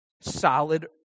Solid